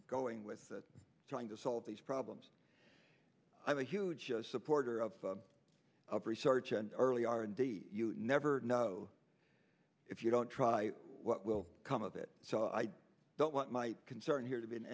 going with trying to solve these problems i'm a huge supporter of of research and early r and d you never know if you don't try what will come of it so i don't want my concern here to be in